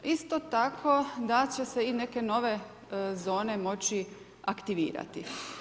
Isto tako da će se i neke nove zone moći aktivirati.